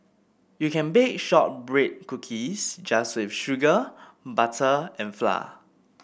you can bake shortbread cookies just with sugar butter and flour